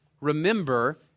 remember